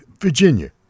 Virginia